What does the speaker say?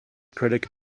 critic